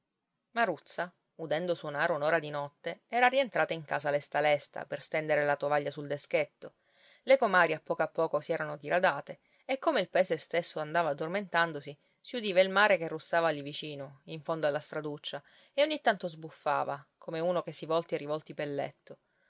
occhi maruzza udendo suonare un'ora di notte era rientrata in casa lesta lesta per stendere la tovaglia sul deschetto le comari a poco a poco si erano diradate e come il paese stesso andava addormentandosi si udiva il mare che russava lì vicino in fondo alla straduccia e ogni tanto sbuffava come uno che si volti e rivolti pel letto